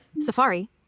Safari